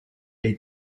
aid